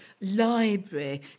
library